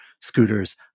scooters